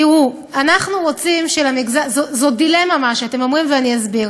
תראו, זו דילמה, מה שאתם אומרים, ואני אסביר.